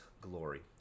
glory